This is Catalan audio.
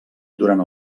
durant